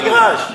מה גודל המגרש?